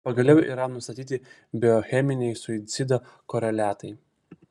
pagaliau yra nustatyti biocheminiai suicido koreliatai